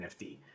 NFT